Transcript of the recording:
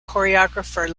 choreographer